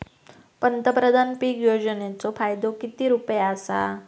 पंतप्रधान पीक योजनेचो फायदो किती रुपये आसा?